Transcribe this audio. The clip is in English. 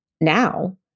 now